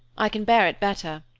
i can bear it better.